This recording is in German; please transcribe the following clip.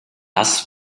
das